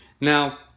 Now